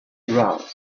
aroused